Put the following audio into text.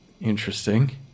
Interesting